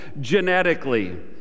genetically